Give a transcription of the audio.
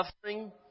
suffering